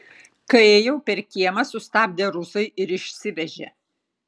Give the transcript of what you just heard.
kai ėjau per kiemą sustabdė rusai ir išsivežė